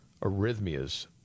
arrhythmias